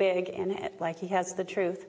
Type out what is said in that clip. big and like he has the truth